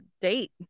date